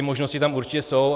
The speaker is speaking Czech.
Možnosti tam určitě jsou.